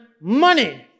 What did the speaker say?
money